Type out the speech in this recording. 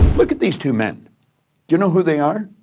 look at these two men. do you know who they are?